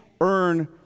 earn